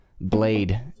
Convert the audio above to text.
Blade